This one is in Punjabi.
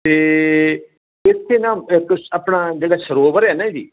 ਅਤੇ ਇੱਥੇ ਨਾ ਇੱਕ ਆਪਣਾ ਜਿਹੜਾ ਸਰੋਵਰ ਹੈ ਨਾ ਜੀ